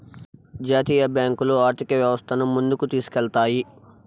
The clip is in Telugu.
జాతీయ బ్యాంకులు ఆర్థిక వ్యవస్థను ముందుకు తీసుకెళ్తాయి